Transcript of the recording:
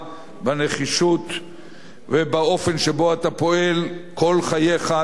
בנחישות ובאופן שבו אתה פועל כל חייך תשכיל